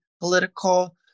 political